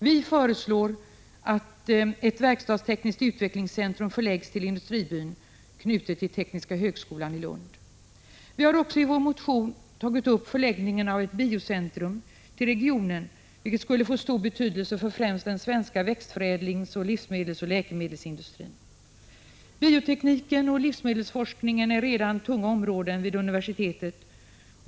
Vi föreslår att ett verkstadstekniskt utvecklingscentrum, knutet till tekniska högskolan i Lund, förläggs till industribyn. Vi har i vår motion också tagit upp förläggningen av ett biocentrum till regionen, vilket skulle få stor betydelse för främst den svenska växtförädlings-, livsmedelsoch läkemedelsindustrin. Biotekniken och livsmedelsforskningen är redan tunga områden vid universitetet.